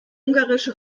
ungarische